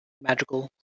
magical